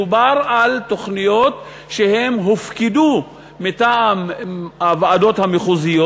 מדובר על תוכניות שהופקדו מטעם הוועדות המחוזיות.